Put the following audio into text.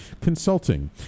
Consulting